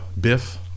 Biff